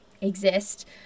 exist